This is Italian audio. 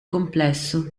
complesso